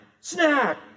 snack